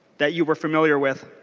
that you are familiar with.